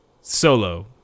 Solo